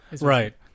Right